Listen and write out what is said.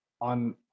On